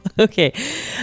okay